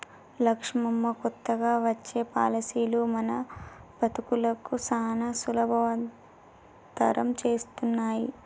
లక్ష్మమ్మ కొత్తగా వచ్చే పాలసీలు మన బతుకులను సానా సులభతరం చేస్తున్నాయి